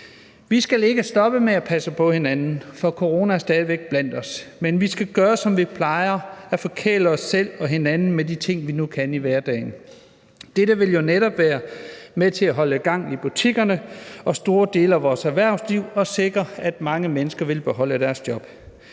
Vi skal ikke stoppe med at passe på hinanden, for corona er stadig iblandt os, men vi skal gøre de ting, som vi plejer, og forkæle os selv og hinanden, som vi nu kan i hverdagen. Det vil jo netop være med til at holde gang i butikkerne og store dele af vores erhvervsliv og sikre, at mange mennesker vil kunne beholde deres job.